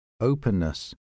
openness